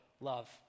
love